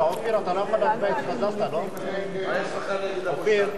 מה יש לך נגד הבושה?